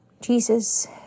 Jesus